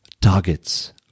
targets